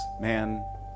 man